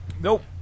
Nope